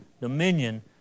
dominion